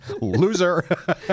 Loser